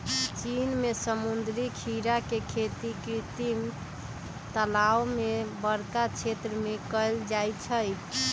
चीन में समुद्री खीरा के खेती कृत्रिम तालाओ में बरका क्षेत्र में कएल जाइ छइ